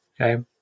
Okay